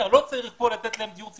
צריך פה לתת להם דיור ציבורי.